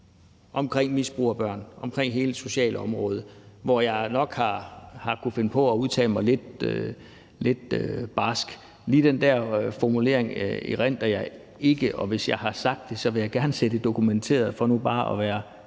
omkring misbrug af børn, og omkring hele det sociale område, hvor jeg nok har kunnet finde på at udtale mig lidt barskt. Lige den der formulering erindrer jeg ikke. Og hvis jeg har sagt det, vil jeg gerne se det dokumenteret, for nu bare at være